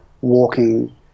walking